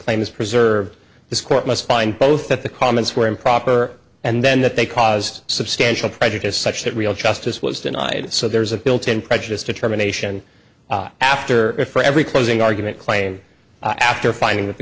claim is preserved this court must find both the comments were improper and then that they caused substantial prejudice such that real justice was denied so there's a built in prejudiced determination after for every closing argument claim after finding that the